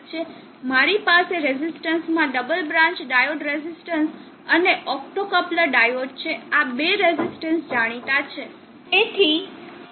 મારી પાસે રેઝિસ્ટરમાં ડબલ બ્રાન્ચ ડાયોડ રેઝિસ્ટર અને ઓપ્ટોકપ્લર ડાયોડ છે આ બે રેઝિસ્ટન્સ જાણીતા છે